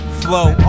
flow